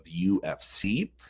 UFC